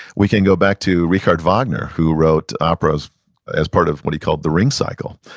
we can go back to richard wagner who wrote operas as part of what he called the ring cycle.